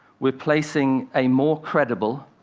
we're placing a more credible,